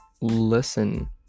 listen